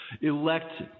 elect